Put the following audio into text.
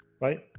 Right